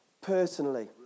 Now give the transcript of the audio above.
personally